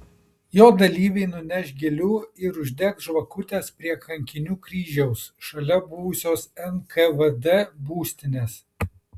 jo dalyviai nuneš gėlių ir uždegs žvakutes prie kankinių kryžiaus šalia buvusios nkvd būstinės